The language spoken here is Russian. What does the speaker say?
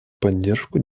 поддержку